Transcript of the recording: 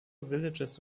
villages